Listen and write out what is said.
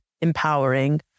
empowering